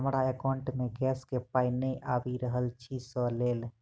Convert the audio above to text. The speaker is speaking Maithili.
हमरा एकाउंट मे गैस केँ पाई नै आबि रहल छी सँ लेल?